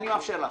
אני מאפשר לך.